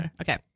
Okay